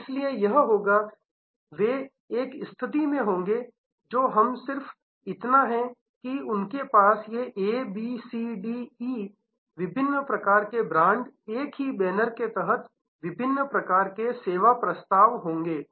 तो इसलिए यह होगा वे एक स्थिति में होंगे जो हम सिर्फ इतना है कि उनके पास ये A B C D E विभिन्न प्रकार के ब्रांड एक ही बैनर के तहत विभिन्न प्रकार के सेवा प्रस्ताव होंगे